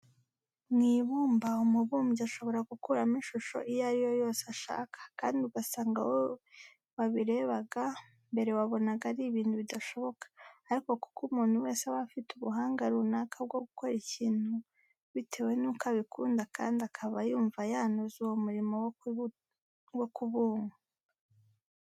Mu ibumba umubumbyi ashobora gukuramo ishusho iyo ari yo yose ashaka kandi ugasanga wowe wabirebaga, mbere wabonaga ari ibintu bidashoboka ariko kuko umuntu wese aba afite ubuhanga runaka bwo gukora ikintu bitewe nuko abikunda kandi akaba yumva yanoza uwo murimo wo kubunda.